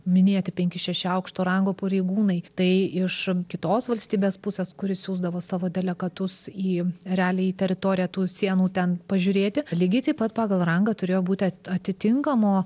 minėti penki šeši aukšto rango pareigūnai tai iš kitos valstybės pusės kuri siųsdavo savo delegatus į realiai į teritoriją tų sienų ten pažiūrėti lygiai taip pat pagal rangą turėjo būti atitinkamo